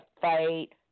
fight